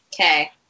Okay